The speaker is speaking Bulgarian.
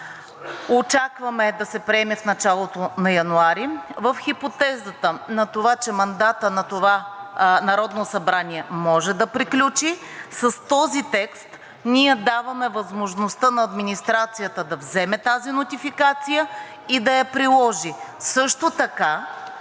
Очакваме да се приеме в началото на месец януари. В хипотезата на това, че мандатът на това Народно събрание може да приключи, с този текст ние даваме възможността на администрацията да вземе тази нотификация и да я приложи. Също така